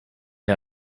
der